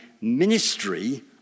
ministry